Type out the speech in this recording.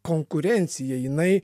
konkurencija jinai